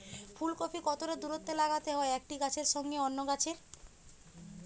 ফুলকপি কতটা দূরত্বে লাগাতে হয় একটি গাছের সঙ্গে অন্য গাছের?